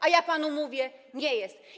A ja panu mówię - nie jest.